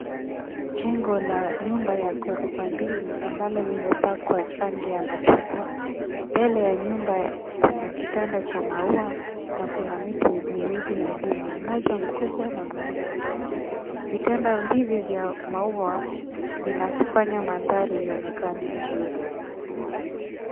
Jengo la nyumba ya ghorofa mbili ambalo limepakwa rangi ya machungwa. Mbele ya nyumba kuna kitanda cha maua na kuna miti miwili ya ndizi mmoja mkubwa na mwingine mdogo. Vitendo hivi vya maua vinafanya mandhari ionekana nzuri.